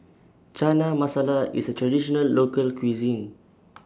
Chana Masala IS A Traditional Local Cuisine